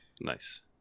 Nice